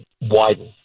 widen